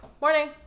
Morning